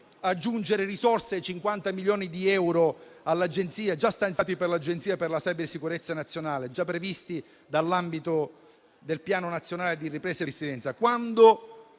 aggiungere risorse ai 50 milioni di euro già stanziati per l'Agenzia per la cybersicurezza nazionale, già previsti nell'ambito del Piano nazionale di ripresa e resilienza,